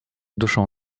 duszą